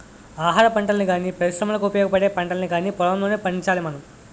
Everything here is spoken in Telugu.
ఆహారపంటల్ని గానీ, పరిశ్రమలకు ఉపయోగపడే పంటల్ని కానీ పొలంలోనే పండించాలి మనం